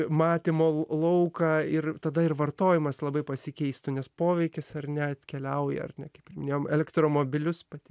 matymo lauką ir tada ir vartojimas labai pasikeistų nes poveikis ar ne atkeliauja ar ne kaip ir minėjom elektromobilius pati